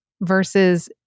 versus